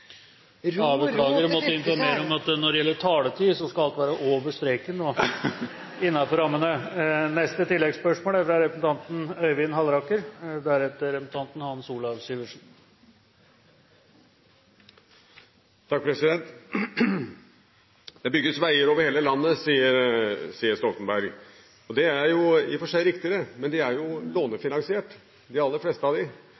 beklager å måtte informere om at når det gjelder taletid, skal alt være over streken og innenfor rammene. Øyvind Halleraker – til oppfølgingsspørsmål. Det bygges veier over hele landet, sier Stoltenberg. Det er i og for seg riktig, men de aller fleste av dem er